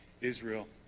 Israel